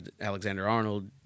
Alexander-Arnold